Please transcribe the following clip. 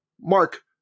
Mark